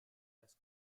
las